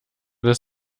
des